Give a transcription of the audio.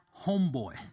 homeboy